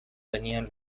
tenían